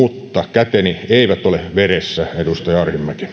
käteni eivät ole veressä edustaja arhinmäki